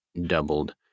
doubled